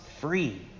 free